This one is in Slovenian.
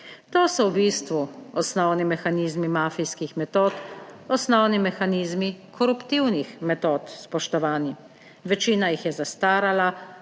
To so v bistvu osnovni mehanizmi mafijskih metod, osnovni mehanizmi koruptivnih metod, spoštovani. Večina jih je zastarala,